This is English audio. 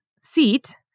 seat